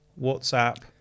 WhatsApp